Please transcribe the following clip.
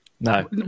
No